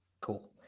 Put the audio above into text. Cool